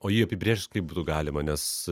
o jį apibrėžti kaip būtų galima nes